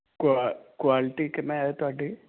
ਕੁਆ quality ਕਿਵੇਂ ਐ ਤੁਹਾਡੀ